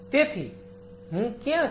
તેથી હું ક્યાં છું